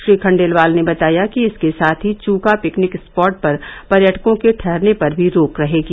श्री खंडेलवाल ने बताया कि इसके साथ ही चूका पिकनिक स्पॉट पर पर्यटकों के ठहरने पर भी रोक रहेगी